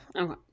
okay